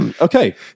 Okay